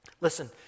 Listen